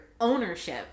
ownership